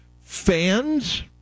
fans